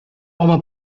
home